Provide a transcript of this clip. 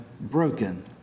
broken